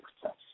success